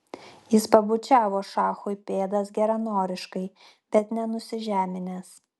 jis pabučiavo šachui pėdas geranoriškai bet ne nusižeminęs